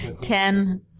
Ten